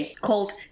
called